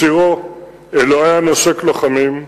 בשירו "אלוהי הנושק לוחמים"